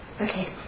Okay